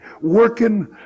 Working